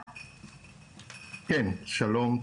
שלום.